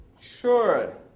Sure